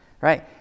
right